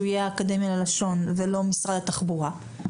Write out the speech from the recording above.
יהיה האקדמיה ללשון ולא משרד התחבורה,